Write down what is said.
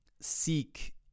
seek